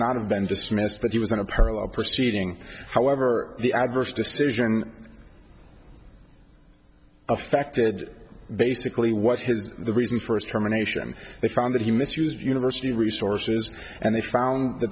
not have been dismissed but he was on a parallel proceeding however the adverse decision affected basically what his the reason first germination they found that he misused university resources and they found th